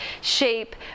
shape